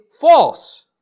false